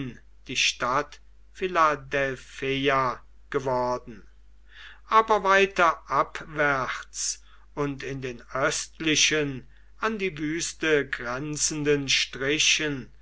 die stadt philadelpheia geworden aber weiter abwärts und in den östlichen an die wüste grenzenden strichen